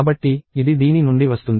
కాబట్టి ఇది దీని నుండి వస్తుంది